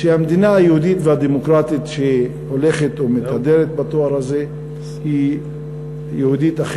שהמדינה היהודית הדמוקרטית שמתהדרת בתואר הזה היא אכן יהודית,